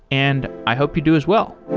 and i hope you do as well.